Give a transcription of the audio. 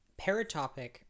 paratopic